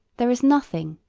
there is nothing,